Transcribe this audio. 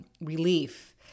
Relief